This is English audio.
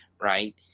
right